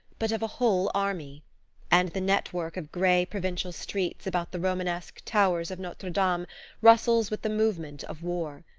but of a whole army and the network of grey provincial streets about the romanesque towers of notre dame rustles with the movement of war.